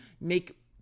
make